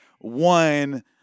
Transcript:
one